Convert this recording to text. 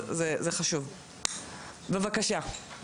בבקשה.